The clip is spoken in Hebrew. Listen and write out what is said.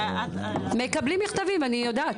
מקבלים מכתבים, אני יודעת.